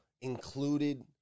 included